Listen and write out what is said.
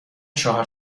چهار